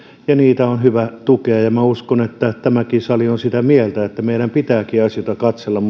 ja niitä on hyvä tukea minä uskon että tämäkin sali on sitä mieltä että meidän pitääkin asioita katsella